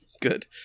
Good